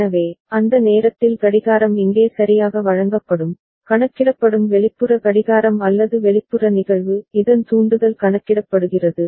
எனவே அந்த நேரத்தில் கடிகாரம் இங்கே சரியாக வழங்கப்படும் கணக்கிடப்படும் வெளிப்புற கடிகாரம் அல்லது வெளிப்புற நிகழ்வு இதன் தூண்டுதல் கணக்கிடப்படுகிறது